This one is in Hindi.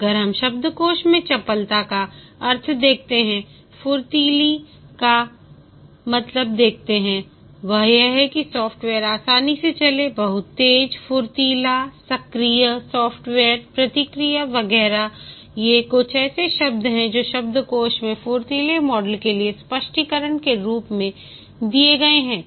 अगर हम शब्दकोश में चपलता का अर्थ देखते हैंफुर्तीली का का मतलब देखते हैं वह यह है कि सॉफ्टवेयर आसानी से चले बहुत तेज फुर्तीला सक्रिय सॉफ्टवेयर प्रक्रिया वगैरह ये कुछ ऐसे शब्द हैं जो शब्दकोश में फुर्तीले मॉडल के लिए स्पष्टीकरण के रूप में दिए गए हैं